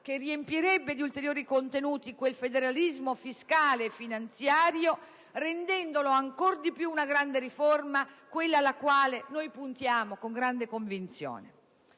che riempirebbe di ulteriori contenuti il federalismo fiscale e finanziario rendendolo ancora di più una grande riforma: quella alla quale puntiamo con grande convinzione.